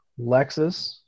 Lexus